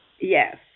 Yes